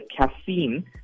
caffeine